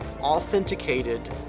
authenticated